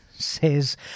says